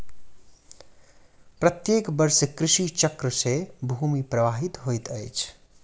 प्रत्येक वर्ष कृषि चक्र से भूमि प्रभावित होइत अछि